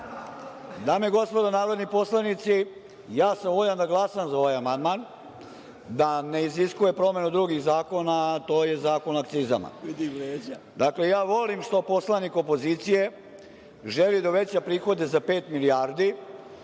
i gospodo narodni poslanici, ja sam voljan da glasam za ovaj amandman, da ne iziskuje promenu drugih zakona, a to je Zakon o akcizama. Dakle, ja volim što poslanik opozicije želi da uveća prihode za pet milijardi